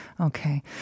Okay